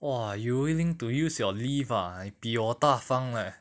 !wah! you willing to use your leave ah 比我大方 leh